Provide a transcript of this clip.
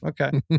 Okay